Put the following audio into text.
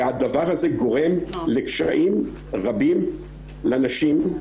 והדבר הזה גורם לקשיים רבים לנשים.